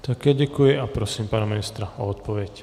Také děkuji a prosím pana ministra o odpověď.